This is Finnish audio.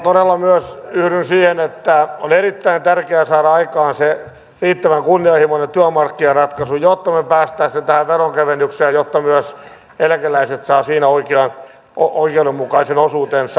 todella myös minä yhdyn siihen että on erittäin tärkeää saada aikaan se riittävän kunnianhimoinen työmarkkinaratkaisu jotta me pääsisimme tähän veronkevennykseen jotta myös eläkeläiset saavat siinä oikeudenmukaisen osuutensa